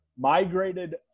migrated